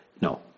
no